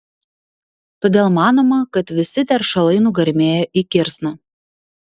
todėl manoma kad visi teršalai nugarmėjo į kirsną